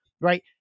right